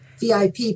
VIP